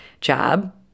job